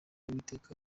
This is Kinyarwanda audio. uwiteka